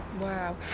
wow